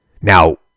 Now